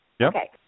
Okay